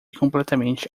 completamente